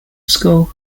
school